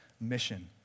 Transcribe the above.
mission